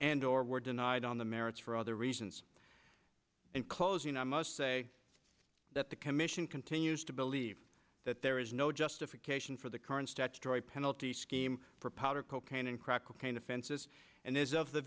and or were denied on the merits for other reasons in closing i must say that the commission continues to believe that there is no justification for the current statutory penalty scheme for powder cocaine and crack cocaine offenses and